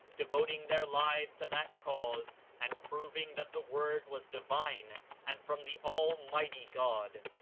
devoting their lives to that cause and proving that the word was divine and from the almighty god,